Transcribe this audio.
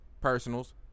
personals